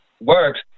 works